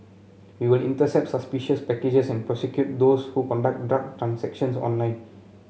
we will intercept suspicious packages and prosecute those who conduct drug transactions online